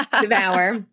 devour